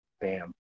bam